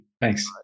Thanks